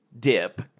Dip